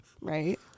right